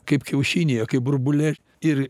kaip kiaušinyje kaip burbule ir